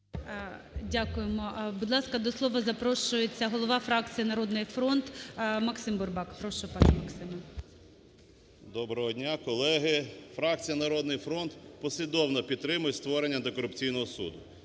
Дякуємо. Будь ласка, до слова зарошується голова фракції "Народний фронт" Максим Бурбак. Прошу, пане Максиме. 10:20:06 БУРБАК М.Ю. Доброго дня, колеги! Фракція "Народний фронт" послідовно підтримує створення антикорупційного суду,